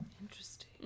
Interesting